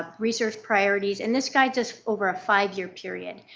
ah research priorities and this guides us over a five-year period.